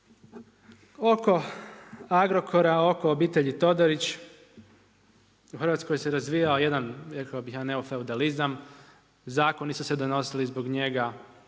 Oko Agrokora oko obitelji Todorić, u Hrvatskoj se razvijao jedan rekao bih jedan neofeudalizam, zakoni su se donosili zbog njega,